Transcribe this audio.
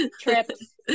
trips